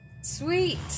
sweet